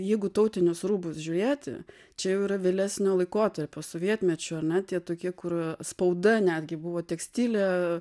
jeigu į tautinius rūbus žiūrėti čia jau yra vėlesnio laikotarpio sovietmečiu ar ne tie tokie kur spauda netgi buvo tekstilė